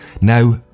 Now